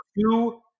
two